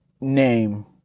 name